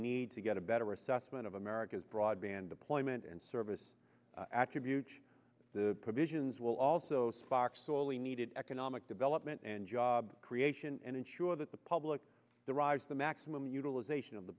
need to get a better assessment of america's broadband deployment and service attribution the provisions will also spock's sorely needed economic development and job creation and ensure that the public the rise the maximum utilization of the